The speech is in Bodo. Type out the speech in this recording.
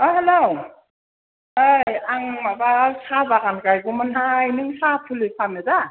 ओ हेलौ ओइ आं माबा साहा बागान गायगौमोनहाय नों साहा फुलि फानो दा